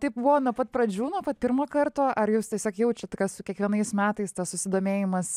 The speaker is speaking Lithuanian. taip buvo nuo pat pradžių nuo pat pirmo karto ar jūs tiesiog jaučiat kad su kiekvienais metais tas susidomėjimas